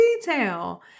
detail